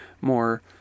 more